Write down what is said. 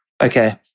okay